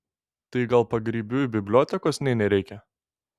tai gal pagrybiui bibliotekos nė nereikia